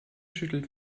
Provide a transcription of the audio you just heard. schüttelt